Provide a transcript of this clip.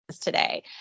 today